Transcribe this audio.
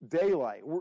daylight